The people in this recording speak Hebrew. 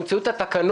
ימצאו את התקנות,